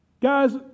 Guys